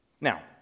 Now